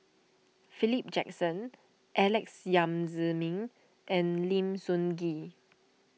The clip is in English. Philip Jackson Alex Yam Ziming and Lim Sun Gee